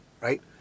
right